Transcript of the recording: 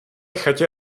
chatě